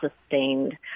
sustained